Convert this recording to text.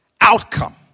outcome